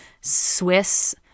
Swiss